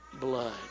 blood